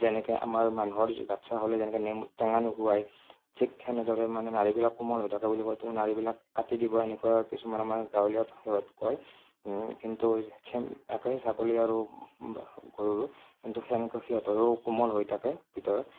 যেনেকৈ আমাৰ মানুহৰ বাচ্ছা হ'লে যেনেকে নেমু টেঙা নোখোৱায় ঠিক সেনেদৰে মানে নাৰীবিলাক কোমল হৈ থাকে বুলি কয় তো নাৰীবিলাক কাটি দিব এনেকুৱা কিছুমান আমাৰ গাঁৱলীয়া ভাষাত কয় কিন্তু চেম একে ছাগলী আৰু গৰুৰ কিন্তু সেনেকুৱা সিহঁতৰো কোমল হৈ থাকে ভিতৰত